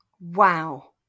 Wow